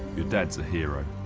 your dad's a hero.